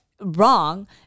wrong